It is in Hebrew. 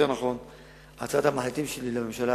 הצעת המחליטים שלי לממשלה,